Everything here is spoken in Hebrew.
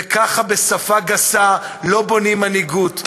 וככה, בשפה גסה, לא בונים מנהיגות.